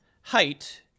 height